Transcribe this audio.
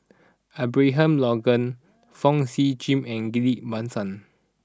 Abraham Logan Fong Sip Chee and Ghillie Basan